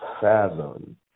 fathom